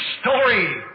story